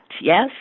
yes